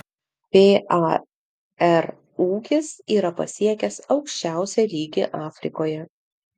par ūkis yra pasiekęs aukščiausią lygį afrikoje